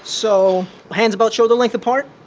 so hands about shoulder-length apart,